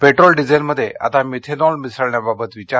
petrol डिझेलमध्ये आता methanol मिसळण्याबाबत विचार